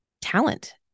talent